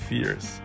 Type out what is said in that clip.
Fears